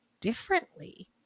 differently